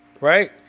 Right